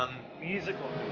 um musical